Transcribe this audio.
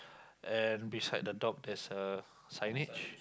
and beside the dog there's a signage